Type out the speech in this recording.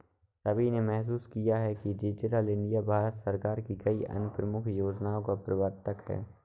सभी ने महसूस किया है कि डिजिटल इंडिया भारत सरकार की कई अन्य प्रमुख योजनाओं का प्रवर्तक है